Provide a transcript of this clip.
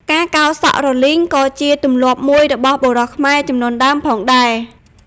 ការកោរសក់រលីងក៏ជាទម្លាប់មួយរបស់បុរសខ្មែរជំនាន់ដើមផងដែរ។